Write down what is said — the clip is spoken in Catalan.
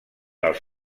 els